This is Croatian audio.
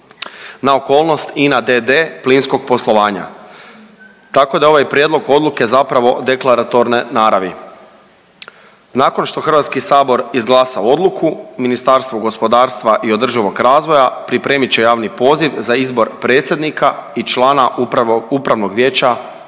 na okolnost INA d.d. plinskog poslovanja, tako da ovaj Prijedlog Odluke zapravo deklaratorne naravi. Nakon što HS izglasa odluku, Ministarstvo gospodarstva i održivoga razvoja pripremit će javni poziv za izbor predsjednika i člana Upravnog vijeća